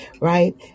right